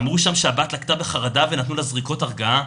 אמרו שם שהבת לקתה בחרדה ונתנו לה זריקות הרגעה,